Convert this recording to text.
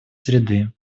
среды